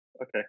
Okay